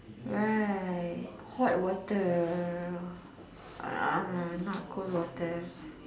right hot water uh uh not cold water